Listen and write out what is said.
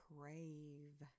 Crave